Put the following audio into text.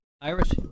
Iris